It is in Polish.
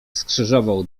skrzyżował